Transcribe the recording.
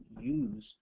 use